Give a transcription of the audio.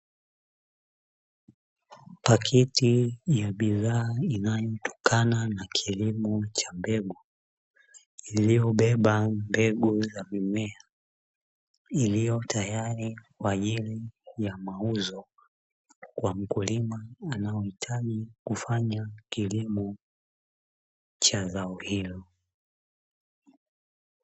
Pakiti ya bidhaa inayotokana na kilimo cha mbegu iliyobeba mbegu za mimea, iliyotayari kwa ajili ya mauzo kwa mkulima anayeitaji kufanya kilimo cha zao hilo.